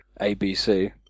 ABC